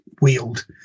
wield